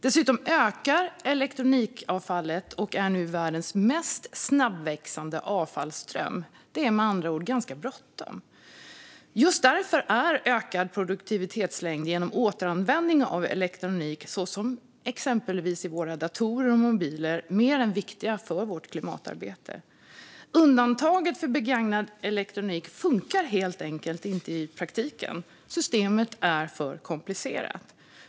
Dessutom ökar elektronikavfallet och är nu världens mest snabbväxande avfallsström. Det är med andra ord ganska bråttom. Just därför är ökad produktlivslängd genom återanvändning av elektronik, till exempel datorer och mobiler, viktigt för vårt klimatarbete. Undantaget för begagnad elektronik funkar inte i praktiken. Systemet är för komplicerat.